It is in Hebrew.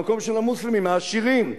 במקום של המוסלמים, העשירים.